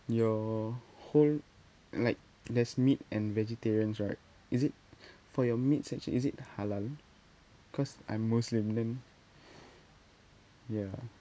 your whole like there's meat and vegetarians right is it for your meats act~ is it halal because I'm muslim then ya